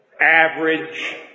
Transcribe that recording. average